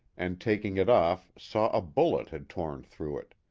and taking it off saw a bullet had torn through it.